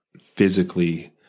physically